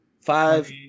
Five